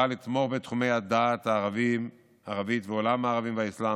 לתמוך בתחומי הדעת הערבית והעולם הערבי והאסלאם,